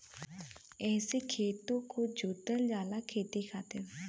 एहसे खेतो के जोतल जाला खेती खातिर